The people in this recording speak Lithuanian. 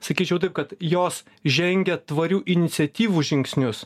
sakyčiau taip kad jos žengia tvarių iniciatyvų žingsnius